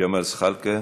ג'מאל זחאלקה,